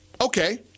Okay